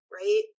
right